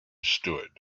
stood